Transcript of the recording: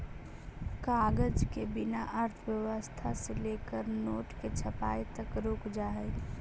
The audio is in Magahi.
कागज के बिना अर्थव्यवस्था से लेकर नोट के छपाई तक रुक जा हई